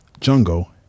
jungle